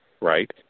right